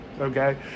Okay